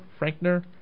Frankner